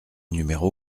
numéro